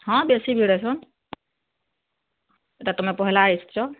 ହଁ ବେଶି ଭିଡ଼୍ ହେସନ୍ ଇ'ଟା ତମେ ପହେଲା ଆସିଛ